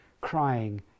crying